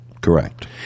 Correct